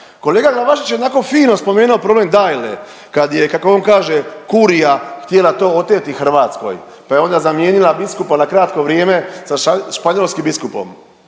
Kolega Glavašević je onako fino spomenuo problem Dajle kad je kako on kaže kurija htjela to oteti Hrvatskoj, pa je onda zamijenila biskupa na kratko vrijeme sa španjolskim biskupom.